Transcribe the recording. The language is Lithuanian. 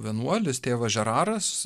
vienuolis tėvas žeraras